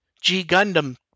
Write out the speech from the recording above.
G-Gundam